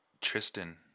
tristan